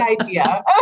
idea